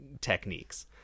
techniques